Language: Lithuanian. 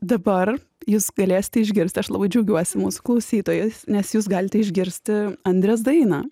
dabar jūs galėsite išgirsti aš labai džiaugiuosi mūsų klausytojas nes jūs galite išgirsti andrės dainą